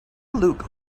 look